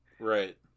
Right